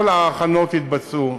כל ההכנות התבצעו,